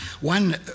One